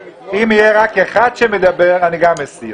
אם יהיה רק אחד שמדבר גם אני מסיר.